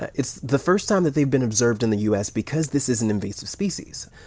ah it's the first time that they've been observed in the u s. because this is an invasive species.